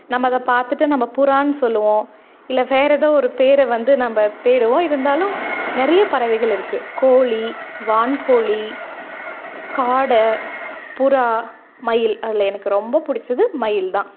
நம்ப அதை பார்த்துட்டு நம்ப புறான்னு சொல்லுவோம் இல்லை வேறு எதோ ஒரு பேரை வந்து நம்ப தேடுவோம் இருந்தாலும் நிறைய பறவைகள் இருக்கு கோழி வான்கோழி காடை புறா மயில் அதில் எனக்கு ரொம்ப பிடிச்சது மயில் தான்